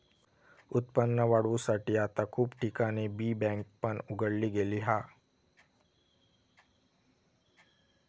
उत्पन्न वाढवुसाठी आता खूप ठिकाणी बी बँक पण उघडली गेली हा